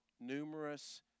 numerous